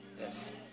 Yes